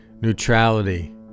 Neutrality